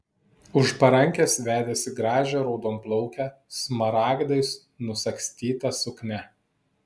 už parankės vedėsi gražią raudonplaukę smaragdais nusagstyta suknia